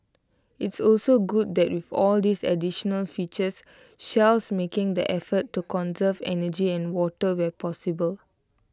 it's also good that with all these additional features Shell's making the effort to conserve energy and water where possible